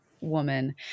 woman